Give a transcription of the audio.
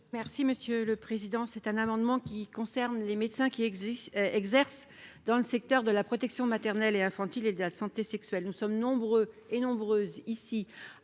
Merci monsieur le Président, c'est un amendement qui concerne les médecins qui existent exercent dans le secteur de la protection maternelle et infantile et de la santé sexuelle, nous sommes nombreux et nombreuses ici